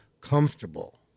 comfortable